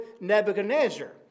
Nebuchadnezzar